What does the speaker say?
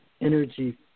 energy